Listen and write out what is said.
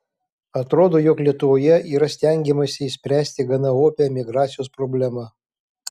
atrodo jog lietuvoje yra stengiamasi išspręsti gana opią emigracijos problemą